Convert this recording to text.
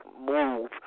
move